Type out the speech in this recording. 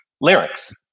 lyrics